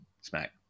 smack